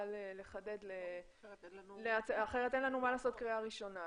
נוכל לחדד כי אחרת אין לנו מה לעשות בקריאה ראשונה.